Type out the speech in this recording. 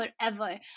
forever